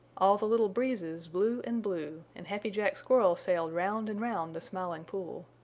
all the little breezes blew and blew and happy jack squirrel sailed round and round the smiling pool.